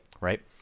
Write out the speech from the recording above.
Right